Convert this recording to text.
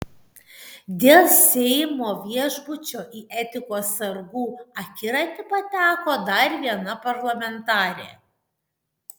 dėl seimo viešbučio į etikos sargų akiratį pateko dar viena parlamentarė